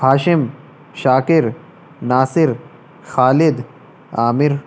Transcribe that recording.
Hashim Shakir Nasir Khalid Amir